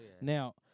Now